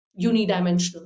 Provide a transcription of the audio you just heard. unidimensional